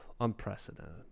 Unprecedented